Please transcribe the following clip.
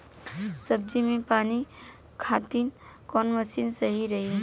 सब्जी में पानी खातिन कवन मशीन सही रही?